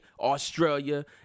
Australia